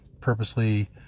purposely